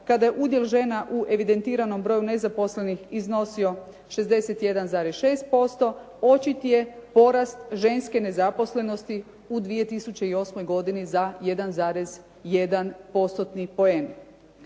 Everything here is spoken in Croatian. kada je udjel žena u evidentiranom borju nezaposlenih iznosio 61,6% očito je porast ženske nezaposlenosti u 2008. godini za 1,1%-tni poen.